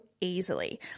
easily